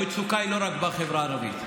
המצוקה היא לא רק בחברה הערבית.